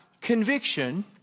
conviction